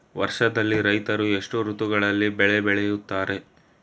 ವರ್ಷದಲ್ಲಿ ರೈತರು ಎಷ್ಟು ಋತುಗಳಲ್ಲಿ ಬೆಳೆ ಬೆಳೆಯುತ್ತಾರೆ?